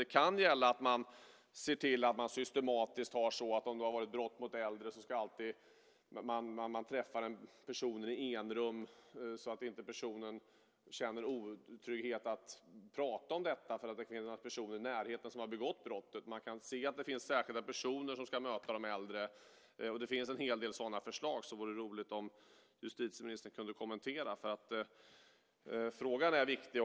Det kan gälla till exempel att vid brott mot äldre ska man träffa den äldre i enrum så att inte denne ska känna otrygghet att prata om detta eftersom det finns några människor i närheten som har begått brottet. Man kan se till att det finns särskilda personer som möter de äldre. Det finns en hel del sådana förslag. Det vore roligt om justitieministern kunde kommentera det. Frågan är viktig.